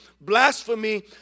blasphemy